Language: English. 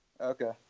Okay